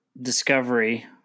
discovery